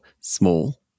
small